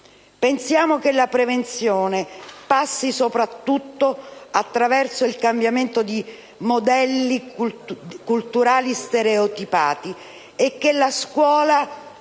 Pensiamo che la prevenzione passi soprattutto attraverso il cambiamento di modelli culturali stereotipati e che la scuola